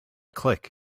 click